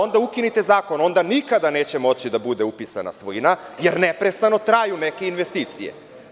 Onda ukinite zakon, onda nikada neće moći da bude upisana svojina, jer neprestano traju neke investicije.